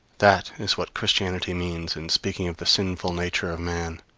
that is what christianity means and speaking of the sinful nature of man.